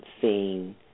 seeing